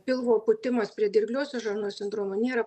pilvo pūtimas prie dirgliosios žarnos sindromo nėra